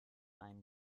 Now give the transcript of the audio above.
einen